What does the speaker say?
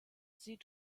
sie